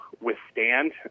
withstand